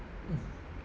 mm